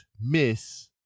miss